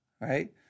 right